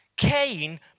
Cain